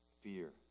Fear